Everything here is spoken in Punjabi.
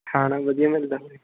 ਖਾਣਾ ਵਧੀਆ ਮਿਲਦਾ ਹੋਵੇ